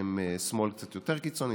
הם שמאל קצת יותר קיצוני,